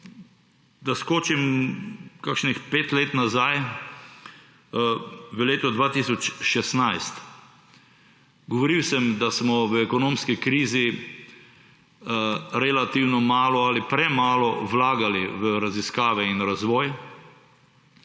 da skočim kakšnih pet let nazaj, v leto 2016. Govoril sem, da smo v ekonomski krizi relativno malo ali premalo vlagali v raziskave in razvoj.